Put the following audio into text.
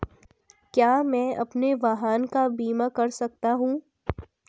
क्या मैं अपने वाहन का बीमा कर सकता हूँ?